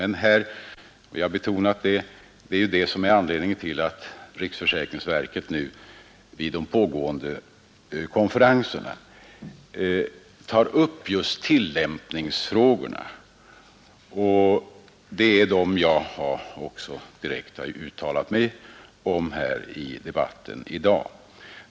Men — jag har betonat detta - det är ju det som är anledningen till att riksförsäkringsverket vid de pågående konferenserna tar upp just tillämpningsfrågorna, och det är också dem jag direkt har uttalat mig om i debatten här i dag.